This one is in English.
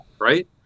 Right